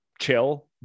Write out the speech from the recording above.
chill